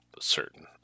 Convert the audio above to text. certain